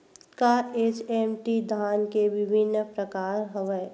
का एच.एम.टी धान के विभिन्र प्रकार हवय?